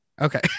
Okay